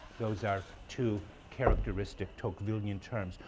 those are two characteristic tocquevillian terms.